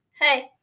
Hey